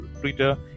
Twitter